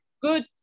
good